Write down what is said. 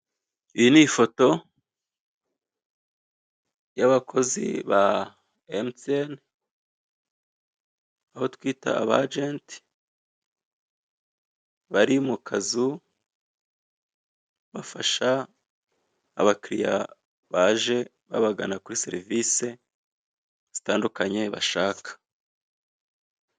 Iyi ni ifoto y'abakozi ba emutiyeni, abo twita aba ajenti, bari mu kazu, bafasha abakiriya baje babagana kuri serivise zitandukanye bashaka.